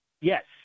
Yes